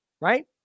right